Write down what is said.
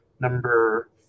Number